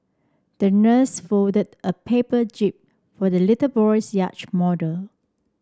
the nurse folded a paper jib for the little boy's yacht model